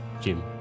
Jim